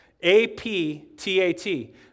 A-P-T-A-T